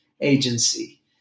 agency